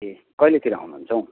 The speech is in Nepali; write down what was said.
ए कहिलेतिर आउनुहुन्छ हौ